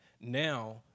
now